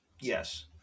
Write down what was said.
Yes